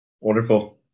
Wonderful